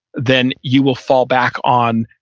then you will fall back on.